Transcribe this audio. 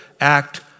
act